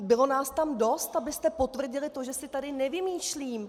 Bylo nás tam dost, abyste potvrdili to, že si tady nevymýšlím!